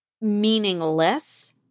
meaningless